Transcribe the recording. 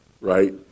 right